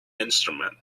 instrument